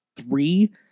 three